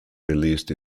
released